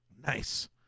Nice